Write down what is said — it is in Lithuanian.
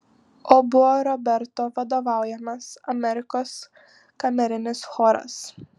o buvo roberto vadovaujamas amerikos kamerinis choras